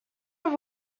are